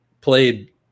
played